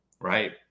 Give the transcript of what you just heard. Right